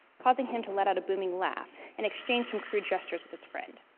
causing him to let out a booming laugh and exchange some crude gestures with his friend.